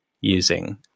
using